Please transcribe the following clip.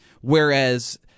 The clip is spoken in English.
whereas